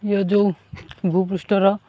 ୟ ଯେଉଁ ଭୂପୃଷ୍ଠର